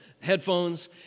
headphones